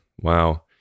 Wow